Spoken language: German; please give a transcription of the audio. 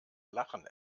lachen